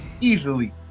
easily